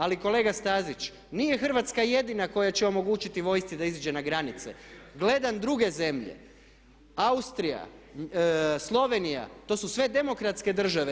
Ali kolega Stazić nije Hrvatska jedina koja će omogućiti vojsci da izađe na granice, gledam druge zemlje, Austrija, Slovenija to su sve demokratske države.